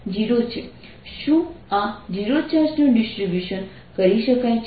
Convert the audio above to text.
શું આ 0 ચાર્જ નું ડિસ્ટ્રિબ્યુશન કરી શકાય છે